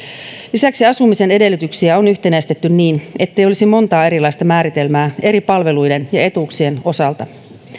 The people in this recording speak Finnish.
lisäksi asumisen edellytyksiä on yhtenäistetty niin ettei olisi montaa erilaista määritelmää eri palveluiden ja etuuksien osalta